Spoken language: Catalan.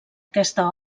aquesta